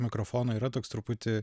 mikrofono yra toks truputį